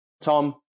Tom